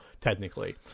technically